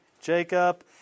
Jacob